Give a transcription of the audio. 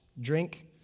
drink